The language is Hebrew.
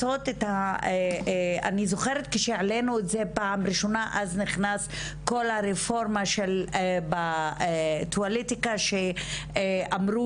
אני זוכרת שכשהעלינו את זה בפעם הראשונה נכנסה הרפורמה בטואלטיקה שאמרו